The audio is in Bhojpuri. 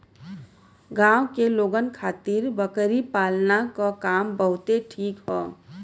गांव के लोगन खातिर बकरी पालना क काम बहुते ठीक हौ